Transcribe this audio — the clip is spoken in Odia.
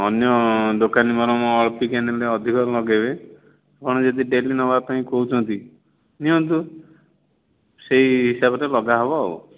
ଅନ୍ୟ ଦୋକାନୀ ମାନେ ମୋ ଅପେକ୍ଷା ନେଲେ ଅଧିକ ଲଗାଇବେ ଆପଣ ଯଦି ଡେଲି ନେବା ପାଇଁ କହୁଛନ୍ତି ନିଅନ୍ତୁ ସେହି ହିସାବରେ ଲଗା ହେବ ଆଉ